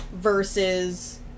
versus